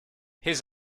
his